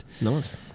Nice